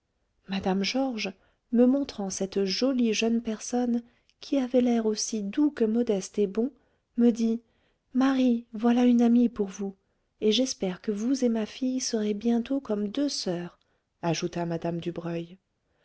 mme georges me montrant cette jolie jeune personne qui avait l'air aussi doux que modeste et bon me dit marie voilà une amie pour vous et j'espère que vous et ma fille serez bientôt comme deux soeurs ajouta mme dubreuil